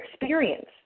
experience